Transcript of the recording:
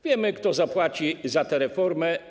Wiemy, kto zapłaci za tę reformę.